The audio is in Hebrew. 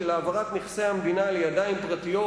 של העברת נכסי המדינה לידיים פרטיות,